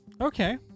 Okay